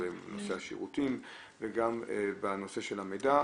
בנושא השירותים וגם בנושא של המידע,